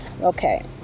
Okay